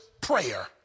prayer